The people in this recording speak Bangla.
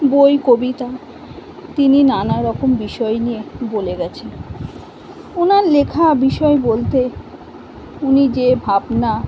বই কবিতা তিনি নানা রকম বিষয় নিয়ে বলে গিয়েছেন ওনার লেখা বিষয় বলতে উনি যে ভাবনা